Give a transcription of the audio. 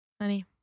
honey